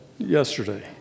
Yesterday